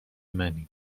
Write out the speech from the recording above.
منی